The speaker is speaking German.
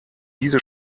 diese